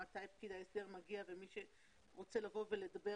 מתי פקיד ההסדר מגיע ומי שרוצה לבוא ולדבר